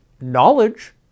knowledge